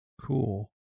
Cool